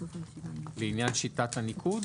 בעניין שיטת הניקוד?